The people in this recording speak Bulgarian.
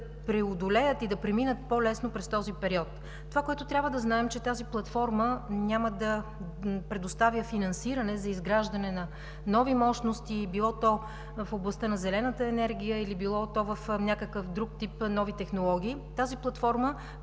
преодолеят и да преминат по-лесно през този период. Това, което трябва да знаем, е, че тази платформа няма да предоставя финансиране за изграждане на нови мощности – било то в областта на зелената енергия, или било то в някакъв друг тип нови технологии. Тази платформа